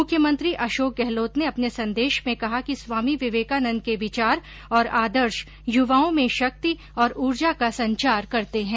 मुख्यमंत्री अशोक गहलोत ने अपने संदेश में कहा कि स्वामी विवेकानन्द के विचार और आदर्श युवाओं में शक्ति और ऊर्जा का संचार करते हैं